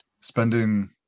spending